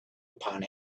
upon